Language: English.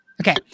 okay